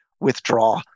withdraw